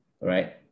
right